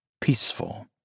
peaceful